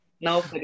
No